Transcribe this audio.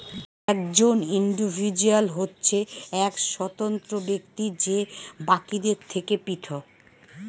একজন ইন্ডিভিজুয়াল হচ্ছে এক স্বতন্ত্র ব্যক্তি যে বাকিদের থেকে পৃথক